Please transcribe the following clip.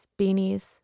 beanies